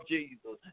Jesus